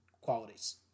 qualities